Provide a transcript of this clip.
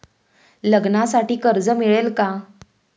लग्नासाठी कर्ज मिळेल का?